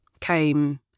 came